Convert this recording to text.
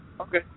Okay